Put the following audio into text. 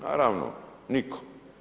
Naravno nitko.